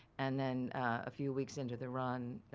and then a few weeks into the run,